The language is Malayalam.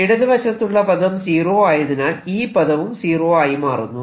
ഇടതുവശത്തുള്ള പദം സീറോ ആയതിനാൽ ഈ പദവും സീറോ ആയി മാറുന്നു